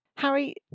Harry